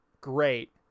great